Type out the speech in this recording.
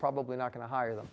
probably not going to hire them